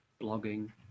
blogging